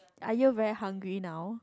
are you very hungry now